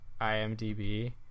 imdb